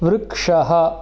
वृक्षः